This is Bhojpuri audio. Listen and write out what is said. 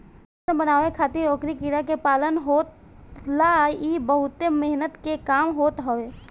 रेशम बनावे खातिर ओकरी कीड़ा के पालन होला इ बहुते मेहनत के काम होत हवे